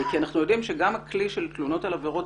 אנחנו יודעים שגם הכלי של תלונות על עבירות